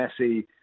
Messi